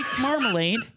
marmalade